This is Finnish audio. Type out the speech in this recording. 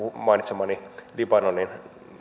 mainitsemani libanonin